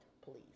please